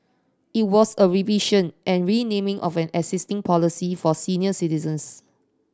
it was a revision and renaming of an existing policy for senior citizens